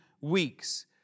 weeks